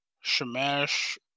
Shamash